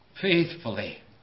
faithfully